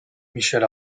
michel